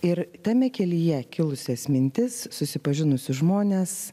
ir tame kelyje kilusias mintis susipažinusius žmones